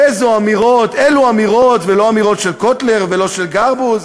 אילו אמירות, ולא אמירות של קוטלר ולא של גרבוז.